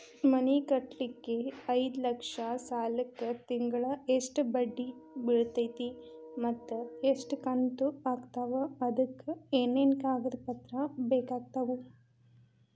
ಮನಿ ಕಟ್ಟಲಿಕ್ಕೆ ಐದ ಲಕ್ಷ ಸಾಲಕ್ಕ ತಿಂಗಳಾ ಎಷ್ಟ ಬಡ್ಡಿ ಬಿಳ್ತೈತಿ ಮತ್ತ ಎಷ್ಟ ಕಂತು ಆಗ್ತಾವ್ ಅದಕ ಏನೇನು ಕಾಗದ ಪತ್ರ ಬೇಕಾಗ್ತವು?